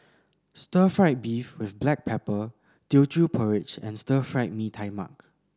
stir fried beef with black pepper Teochew Porridge and Stir Fried Mee Tai Mak